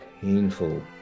painful